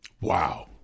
Wow